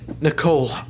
Nicole